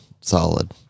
solid